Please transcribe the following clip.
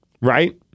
Right